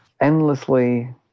endlessly